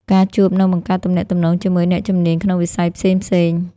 ការជួប និងបង្កើតទំនាក់ទំនងជាមួយអ្នកជំនាញក្នុងវិស័យផ្សេងៗ។